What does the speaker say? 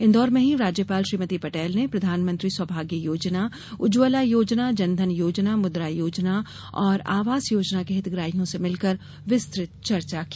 इंदौर में ही राज्यपाल श्रीमती पटेल ने प्रधानमंत्री सौभाग्य योजना उज्जवला योजना जन धन योजना मुद्रा योजना और आवास योजना के हितग्राहियों से मिलकर विस्तृत चर्चा की